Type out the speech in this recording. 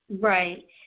Right